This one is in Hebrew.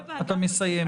אתה מסיים.